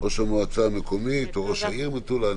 ראש המועצה המקומית או ראש העיר מטולה,